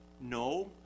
No